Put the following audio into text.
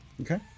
Okay